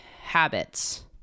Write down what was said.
habits